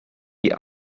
die